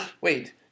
Wait